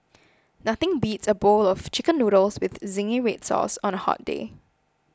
nothing beats a bowl of Chicken Noodles with Zingy Red Sauce on a hot day